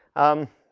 um,